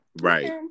Right